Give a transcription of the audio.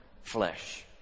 flesh